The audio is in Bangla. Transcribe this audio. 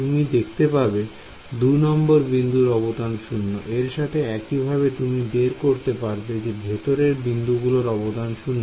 তুমি দেখতে পাবে 2 নম্বর বিন্দুর অবদান 0 এর সাথে একইভাবে তুমি বের করতে পারবে যে ভেতরের বিন্দুগুলোর অবদান ও 0